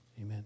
amen